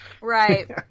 Right